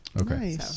okay